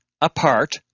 apart